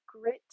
grit